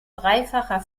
dreifacher